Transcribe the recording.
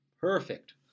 perfect